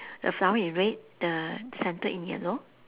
the flower in red the centre in yellow